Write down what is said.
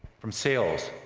from sales,